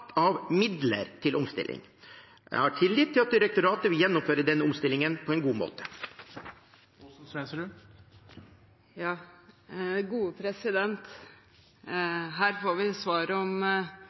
av midler til omstilling. Jeg har tillit til at direktoratet vil gjennomføre denne omstillingen på en god måte.